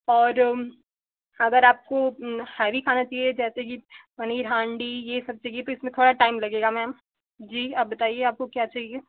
और अगर आपको हैवी खाना चाहिए जैसे कि पनीर हांड़ी ये सब चहिए तो इसमें थोड़ा टाइम लगेगा मैम जी अब बताइए आपको क्या चाहिए